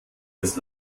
als